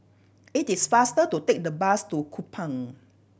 it is faster to take the bus to Kupang